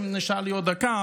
אם נשארה לי עוד דקה,